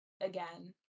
again